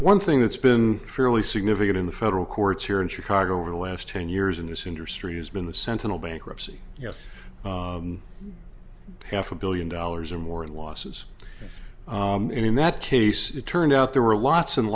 one thing that's been truly significant in the federal courts here in chicago over the last ten years in this industry has been the sentinel bankruptcy yes half a billion dollars or more losses in that case it turned out there were lots and